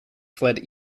fled